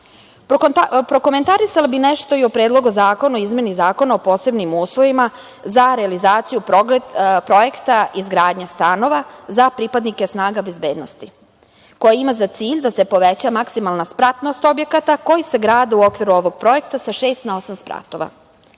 stanovi. Prokomentarisala bih nešto i o Predlogu zakona o izmeni Zakona o posebnim uslovima za realizaciju projekta izgradnje stanova za pripadnike snaga bezbednosti, koja ima za cilj da se poveća maksimalna spratnost objekata koji se grade u okviru ovog projekta sa šest na osam spratova. Ove